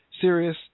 serious